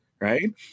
Right